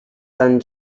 son